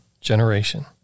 generation